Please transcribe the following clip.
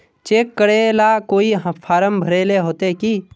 Cheque करेला कोई form भरेले होते की?